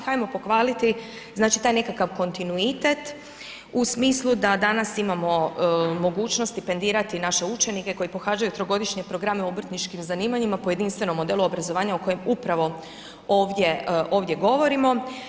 Hajmo pohvaliti znači taj nekakav kontinuitet u smisli da danas imamo mogućnosti stipendirati naše učenike koji pohađaju trogodišnje programe u obrtničkim zanimanjima po jedinstvenom modelu obrazovanja o kojem upravo ovdje govorimo.